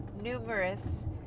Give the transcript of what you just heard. numerous